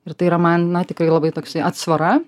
ir tai yra man na tikrai labai toksai atsvara